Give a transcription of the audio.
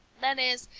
that is,